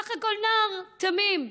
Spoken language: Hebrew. בסך הכול נער תמים,